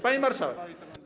Pani Marszałek!